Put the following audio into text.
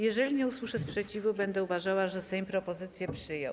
Jeżeli nie usłyszę sprzeciwu, będę uważała, że Sejm propozycję przyjął.